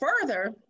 further